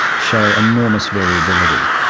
show enormous variability.